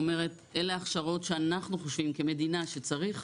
אומרת 'אלה ההכשרות שאנחנו חושבים כמדינה שצריך,